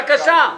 סתיו, בבקשה.